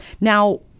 Now